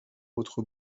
votre